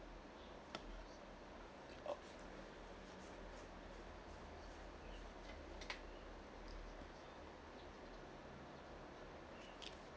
oh